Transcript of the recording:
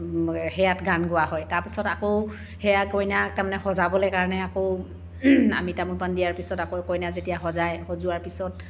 সেয়াত গান গোৱা হয় তাৰপাছত আকৌ সেয়া কইনাক তাৰমানে সজাবলৈ কাৰণে আকৌ আমি তামোল পাণ দিয়াৰ পাছত আকৌ কইনা যেতিয়া সজায় সজোৱাৰ পিছত